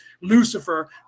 Lucifer